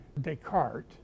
Descartes